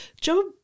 Job